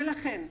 ולכן,